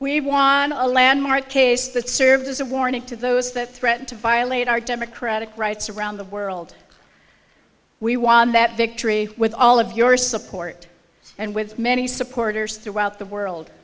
we've won a landmark case that serves as a warning to those that threaten to violate our democratic rights around the world we won that victory with all of your support and with many supporters throughout the world